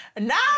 Now